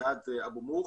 זיאד אבו מוך,